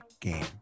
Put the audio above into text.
game